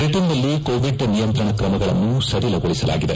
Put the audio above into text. ಬ್ರಿಟನ್ನಲ್ಲಿ ಕೋವಿಡ್ ನಿಯಂತ್ರಣ ಕ್ರಮಗಳನ್ನು ಸಡಿಲಗೊಳಸಲಾಗಿದೆ